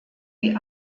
wie